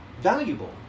valuable